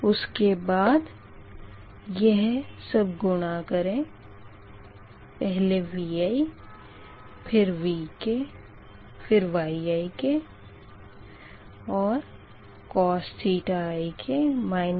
उसके बाद यह सब गुणा करें Vi then Vk thenYik और cos⁡θik ik